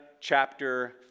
chapter